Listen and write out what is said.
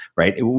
Right